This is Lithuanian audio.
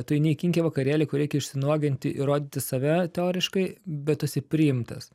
tu eini į kinki vakarėlį kur reikia išsinuoginti ir rodyti save teoriškai bet tu esi priimtas